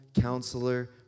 counselor